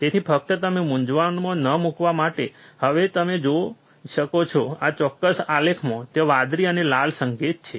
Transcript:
તેથી ફક્ત તમને મૂંઝવણમાં ન મૂકવા માટે હવે તમે જોઈ શકો છો આ ચોક્કસ આલેખમાં ત્યાં વાદળી અને લાલ સંકેત છે